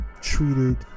treated